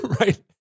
Right